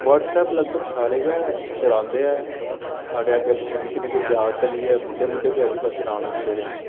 WhatsApp लगभग सारे गै चलांदे ऐ साढ़े अग्गें पिच्छें निक्के निक्के जागत लेइयै बुड्ढे बुड्ढे बी अज्जकल चलान लगी पेदे ऐ